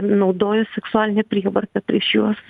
naudojo seksualinę prievartą prieš juos